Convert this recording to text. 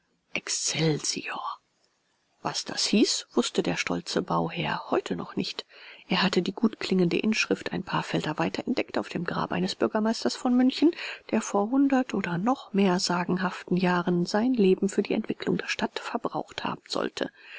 excelsior was das hieß wußte der stolze bauherr heute noch nicht er hatte die gutklingende inschrift ein paar felder weiter entdeckt auf dem grab eines bürgermeisters von münchen der vor hundert oder noch mehr sagenhaften jahren sein leben für die entwicklung der stadt verbraucht haben sollte